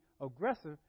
aggressive